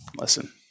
listen